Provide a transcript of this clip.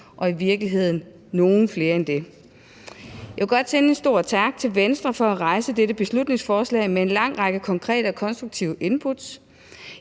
og i virkeligheden nogle flere end det. Jeg vil godt sende en stor tak til Venstre for at fremsætte dette beslutningsforslag med en lang række konkrete og konstruktive inputs.